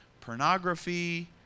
pornography